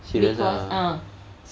serious ah